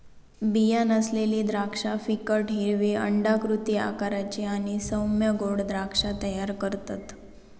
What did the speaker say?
बीया नसलेली द्राक्षा फिकट हिरवी अंडाकृती आकाराची आणि सौम्य गोड द्राक्षा तयार करतत